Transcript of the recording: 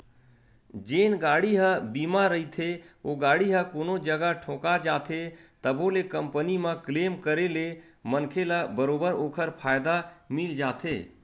जेन गाड़ी ह बीमा रहिथे ओ गाड़ी ह कोनो जगा ठोका जाथे तभो ले कंपनी म क्लेम करे ले मनखे ल बरोबर ओखर फायदा मिल जाथे